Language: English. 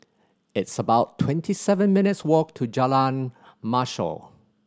it's about twenty seven minutes' walk to Jalan Mashhor